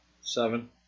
seven